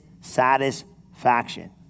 satisfaction